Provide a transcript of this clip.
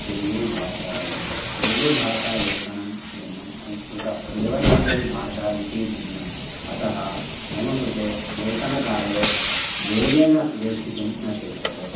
तेलुगूभाषा इति तेलुगुभाषालेखनं भिन्नं संस्कृतं देवनागरी भाषालिपि भिन्ना अतः मम कृते लेखनकाले वेगेन लेखितुं न शक्यते